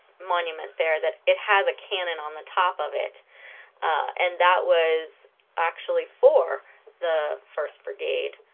monument there that it has a cannon on the top of it and that was actually for the first brigade